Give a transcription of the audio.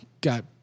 Got